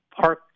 park